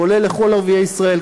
כולל לכל ערביי ישראל,